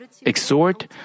exhort